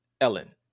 Ellen